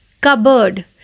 Cupboard